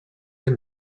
him